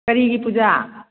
ꯀꯔꯤꯒꯤ ꯄꯨꯖꯥ